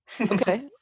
Okay